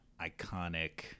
iconic